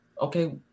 okay